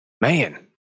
man